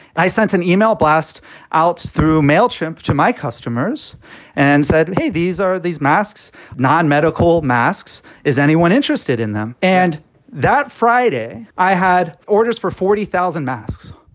i sent an ah e-mail blast out through mailchimp to my customers and said, hey, these are these masks, nonmedical masks. is anyone interested in them? and that friday, i had orders for forty thousand masks.